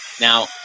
Now